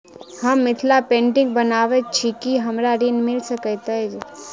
हम मिथिला पेंटिग बनाबैत छी की हमरा ऋण मिल सकैत अई?